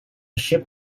ship